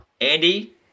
Andy